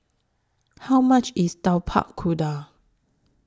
How much IS Tapak Kuda